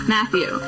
Matthew